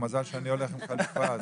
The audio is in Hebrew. מזל שאני הולך עם חליפה.